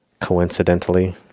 Coincidentally